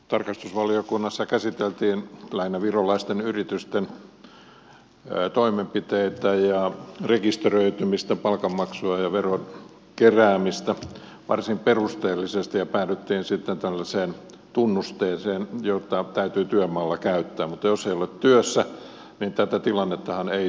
tarkastusvaliokunnassa käsiteltiin lähinnä virolaisten yritysten toimenpiteitä ja rekisteröitymistä palkanmaksua ja veron keräämistä varsin perusteellisesti ja päädyttiin sitten tällaiseen tunnisteeseen jota täytyy työmaalla käyttää mutta jos ei ole työssä niin tätä tilannettahan ei synny